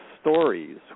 stories